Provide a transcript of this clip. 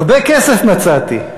הרבה כסף מצאתי,